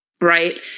Right